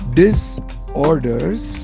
disorders